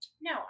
No